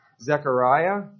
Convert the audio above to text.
Zechariah